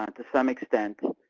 um to some extent,